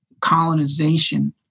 colonization